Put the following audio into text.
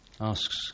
asks